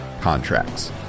contracts